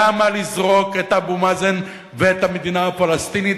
למה לזרוק את אבו מאזן ואת המדינה הפלסטינית